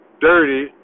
dirty